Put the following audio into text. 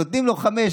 נותנים לו חמש,